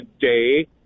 day